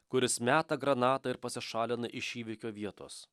kuris meta granatą ir pasišalina iš įvykio vietos